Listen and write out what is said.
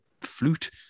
flute